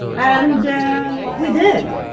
and yeah we did